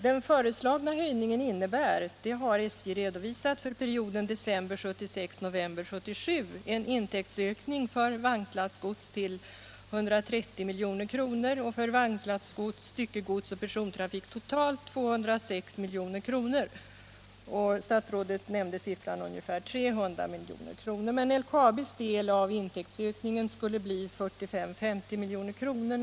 Den föreslagna höjningen innebär — det har SJ redovisat — för perioden december 1976-november 1977 en intäktsökning för vagnslastgods på 130 milj.kr. och för vagnslastgods, styckegods och persontrafik totalt på 206 milj.kr.; statsrådet nämnde summan nästan 300 milj.kr. LKAB:s del av intäktsökningen skulle bli 45-50 milj.kr.